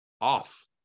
off